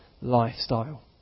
lifestyle